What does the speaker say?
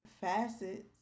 facets